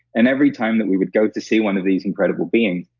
and every time that we would go to see one of these incredible beings,